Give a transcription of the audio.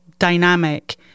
dynamic